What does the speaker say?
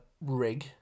rig